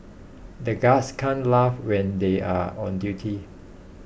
the guards can't laugh when they are on duty